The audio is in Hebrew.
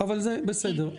בסדר.